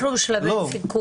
לא, אנחנו בשלבי סיכום.